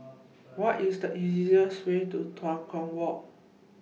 What IS The easiest Way to Tua Kong Walk